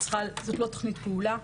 זאת לא תוכנית פעולה.